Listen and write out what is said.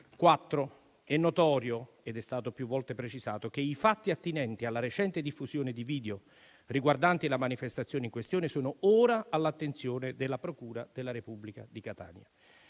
È notorio, ed è stato più volte precisato, che i fatti attinenti alla recente diffusione di video riguardanti la manifestazione in questione sono ora all'attenzione della procura della Repubblica di Catania.